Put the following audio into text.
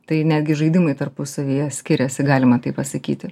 tai netgi žaidimai tarpusavyje skiriasi galima taip pasakyti